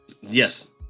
Yes